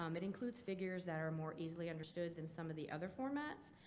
um it includes figures that are more easily understood than some of the other formats.